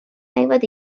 näivad